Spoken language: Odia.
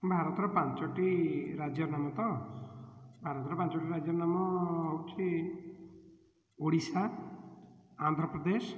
ଭାରତର ପାଞ୍ଚଟି ରାଜ୍ୟର ନାମ ତ ଭାରତର ପାଞ୍ଚଟି ରାଜ୍ୟର ନାମ ହେଉଛି ଓଡ଼ିଶା ଆନ୍ଧ୍ରପ୍ରଦେଶ